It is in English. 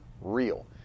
real